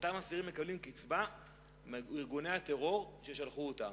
אותם אסירים מקבלים קצבה מארגוני הטרור ששלחו אותם,